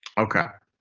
ok.